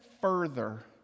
further